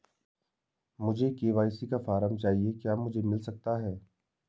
मुझे के.वाई.सी का फॉर्म चाहिए क्या मुझे मिल सकता है?